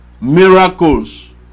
miracles